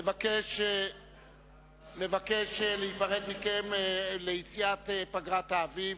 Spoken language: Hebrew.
אני מבקש להיפרד מכם לרגל היציאה לפגרת האביב.